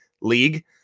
league